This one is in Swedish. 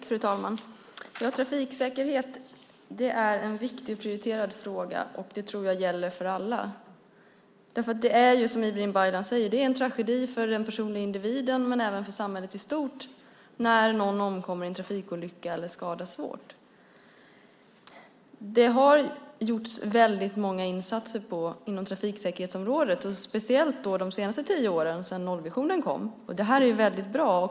Fru talman! Trafiksäkerhet är en viktig och prioriterad fråga. Det tror jag gäller för alla. Precis som Ibrahim Baylan säger är det en tragedi för individen och för samhället i stort när någon omkommer i en trafikolycka eller skadas svårt. Det har gjorts många insatser inom trafiksäkerhetsområdet, speciellt de senaste tio åren sedan nollvisionen kom. Det är bra.